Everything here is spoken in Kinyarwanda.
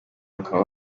ukaba